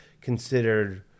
considered